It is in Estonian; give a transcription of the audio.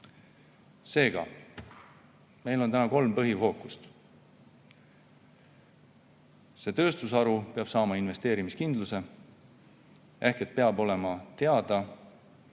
Seega, meil on täna kolm põhifookust. See tööstusharu peab saama investeerimiskindluse ehk peab olema teada,